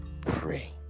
Pray